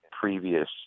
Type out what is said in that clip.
previous